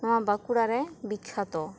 ᱱᱚᱣᱟ ᱵᱟᱸᱠᱩᱲᱟ ᱨᱮ ᱵᱤᱠᱠᱷᱟᱛᱚ